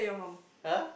!huh!